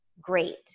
great